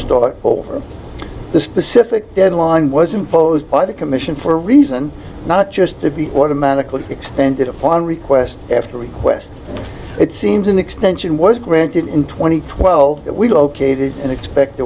start over the specific deadline was imposed by the commission for a reason not just to be automatically extended upon request after request it seems an extension was granted in twenty twelve that we located and expect